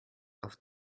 auf